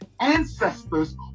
ancestors